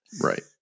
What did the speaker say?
Right